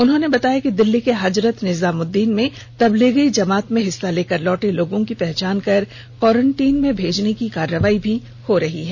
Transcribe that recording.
उन्होंने बताया कि दिल्ली के हजरत निजामुद्दीन में तबलीगी जमात में हिस्सा लेकर लौटे लोगों की पहचान कर क्वारंटाईन में भेजने की कार्रवाइ हो रही है